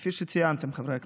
כפי שציינתם, חברי הכנסת.